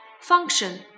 Function